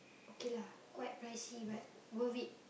okay lah quite pricey but worth it